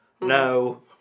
No